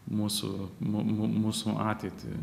mūsų mū mūsų ateitį